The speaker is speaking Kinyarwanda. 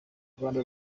rwanda